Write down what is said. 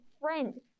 friend